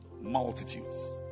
Multitudes